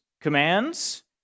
commands